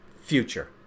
future